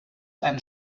einen